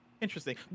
Interesting